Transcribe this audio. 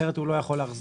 אחרת הוא לא יכול להחזיק.